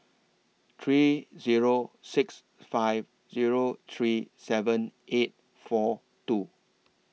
three Zero six five Zero three seven eight four two